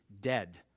dead